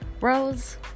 Rose